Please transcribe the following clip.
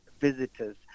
visitors